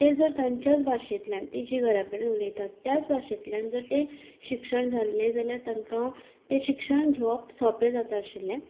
तें जर तांच्याच भाशेंतल्यान तीं जी घरा कडेन उलयतात त्याच भाशेंतल्यान जरय शिक्षण जालें जाल्यार तांकां तें शिक्षण घेवप सोपें जाता आशिल्लें